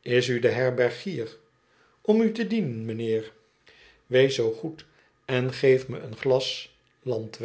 is u de herbergier om u te dienen m'nheer wees zoo geed en geef me een glas